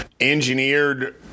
engineered